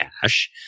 cash